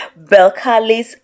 Belcalis